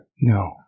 No